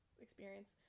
experience